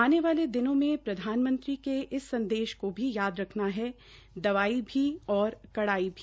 आने वाले दिनों में प्रधानमंत्री के इस संदेश को भी याद रखना है दवाई भी और कड़ाई भी